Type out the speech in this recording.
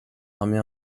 armée